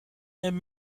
and